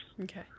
Okay